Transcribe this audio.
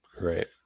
right